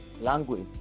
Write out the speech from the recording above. language